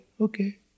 okay